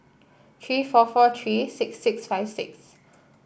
three four four three six six five six